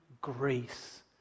grace